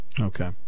Okay